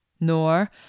Nor